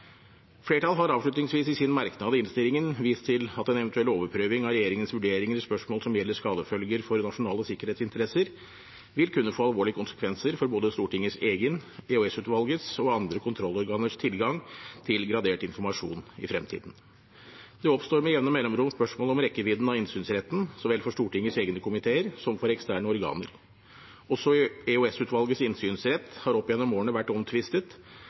Flertallet har avslutningsvis i sin merknad i innstillingen vist til at en eventuell overprøving av regjeringens vurderinger i spørsmål som gjelder skadefølger for nasjonale sikkerhetsinteresser, vil kunne få alvorlige konsekvenser for både Stortingets egen, EOS-utvalgets og andre kontrollorganers tilgang til gradert informasjon i fremtiden. Det oppstår med jevne mellomrom spørsmål om rekkevidden av innsynsretten så vel for Stortingets egne komiteer som for eksterne organer. Også EOS-utvalgets innsynsrett har opp igjennom årene vært omtvistet,